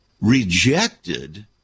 rejected